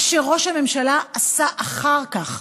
מה שראש הממשלה עשה אחר כך,